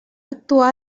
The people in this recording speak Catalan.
actuar